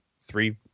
three